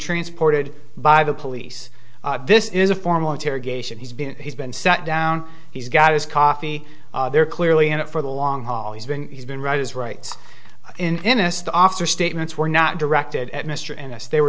transported by the police this is a formal interrogation he's been he's been sat down he's got his coffee they're clearly in it for the long haul he's been he's been right is right in this the officer statements were not directed at mr innes they were